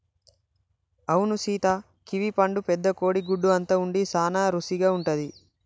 అవును సీత కివీ పండు పెద్ద కోడి గుడ్డు అంత ఉండి సాన రుసిగా ఉంటది